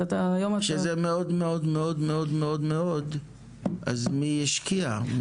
כשזה מאוד מאוד מאוד מאוד, אז מי ישקיע?